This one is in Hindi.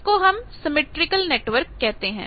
इसको हम सिमिट्रिकल नेटवर्क कहते हैं